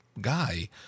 guy